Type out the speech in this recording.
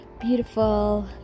beautiful